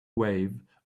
wave